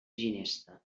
ginesta